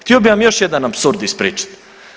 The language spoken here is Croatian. Htio bi vam još jedan apsurd ispričat.